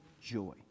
joy